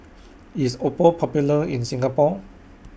IS Oppo Popular in Singapore